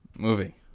movie